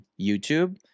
YouTube